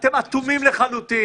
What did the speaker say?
אתם אטומים לחלוטין